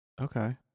Okay